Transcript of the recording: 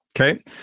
Okay